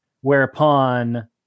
whereupon